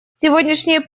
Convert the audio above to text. сегодняшние